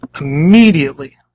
Immediately